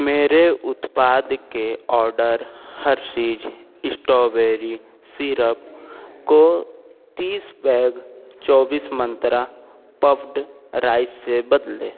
मेरे उत्पाद के ऑर्डर हरसिज़ इस्टॉबेरी सिरप को तीस बैग चौबीस मंत्रा पफ्ड राइस से बदलें